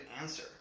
answer